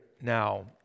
now